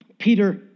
Peter